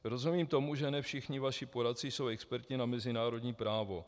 Rozumím tomu, že ne všichni vaši poradci jsou experti na mezinárodní právo.